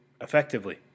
effectively